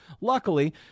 luckily